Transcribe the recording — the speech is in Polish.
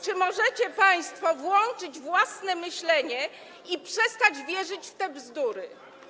Czy możecie państwo włączyć własne myślenie i przestać wierzyć w te bzdury?